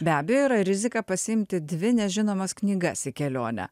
be abejo yra rizika pasiimti dvi nežinomas knygas į kelionę